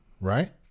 right